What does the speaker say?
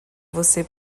você